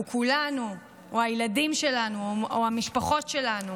הוא כולנו, הוא הילדים שלנו, הוא המשפחות שלנו.